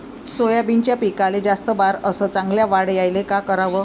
सोयाबीनच्या पिकाले जास्त बार अस चांगल्या वाढ यायले का कराव?